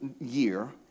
year